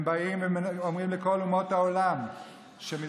הם באים ואומרים לכל אומות העולם שמדינת